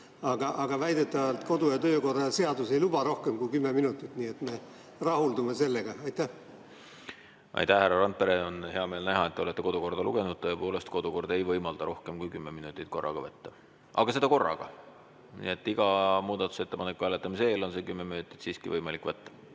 aga väidetavalt kodu‑ ja töökorra seadus ei luba rohkem kui kümme minutit. Nii et me rahuldume sellega. Aitäh, härra Randpere! On hea meel näha, et te olete kodukorda lugenud. Tõepoolest, kodukord ei võimalda rohkem kui kümme minutit korraga võtta. Aga seda korraga. Nii et iga muudatusettepaneku hääletamise eel on see kümme minutit siiski võimalik võtta.